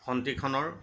খন্তিখনৰ